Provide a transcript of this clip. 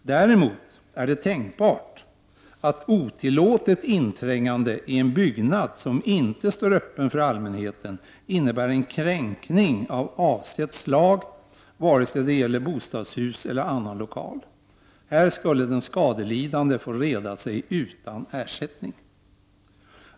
Däremot är det tänkbart att otillåtet inträngande i en byggnad som inte står öppen för allmänheten innebär en kränkning av avsett slag, vare sig det gäller bostadshus eller annan lokal; här skulle den skadelidande få reda sig utan ersättning.